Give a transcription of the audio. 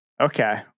Okay